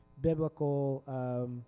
biblical